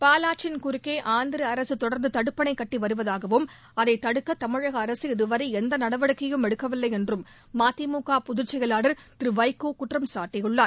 பாலாற்றின் குறுக்கே ஆந்திர அரசு தொடர்ந்து தடுப்பணை கட்டி வருவதாகவும் அதை தடுக்க தமிழக அரசு இதுவரை எந்த நடவடிக்கையும் எடுக்கவில்லை என்றும் மதிமுக பொதுச் செயலாளர் திரு வைகோ குற்றம் சாட்டியுள்ளார்